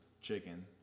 chicken